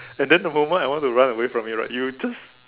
and then the moment I want to run away from you right you just